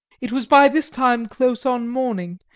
it was by this time close on morning,